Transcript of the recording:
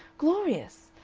glorious!